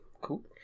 cool